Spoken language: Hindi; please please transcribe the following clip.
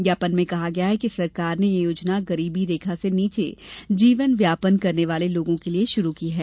ज्ञापन में कहा गया है कि सरकार ने यह योजना गरीबी रेखा से नीचे जीवनयापन करने वाले लोगों के लिए शुरू की है